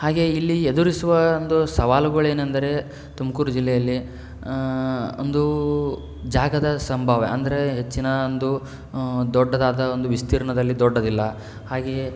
ಹಾಗೆಯೇ ಇಲ್ಲಿ ಎದುರಿಸುವ ಒಂದು ಸವಾಲುಗಳ್ ಏನಂದರೆ ತುಮಕೂರು ಜಿಲ್ಲೆಯಲ್ಲಿ ಒಂದು ಜಾಗದ ಸಂಭಾವ್ಯ ಅಂದರೇ ಹೆಚ್ಚಿನ ಒಂದು ದೊಡ್ಡದಾದ ಒಂದು ವಿಸ್ತೀರ್ಣದಲ್ಲಿ ದೊಡ್ಡದಿಲ್ಲ ಹಾಗೆಯೇ